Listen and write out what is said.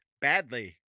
badly